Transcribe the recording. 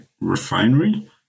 refinery